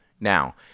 Now